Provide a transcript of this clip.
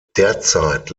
derzeit